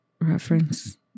reference